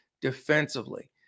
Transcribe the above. defensively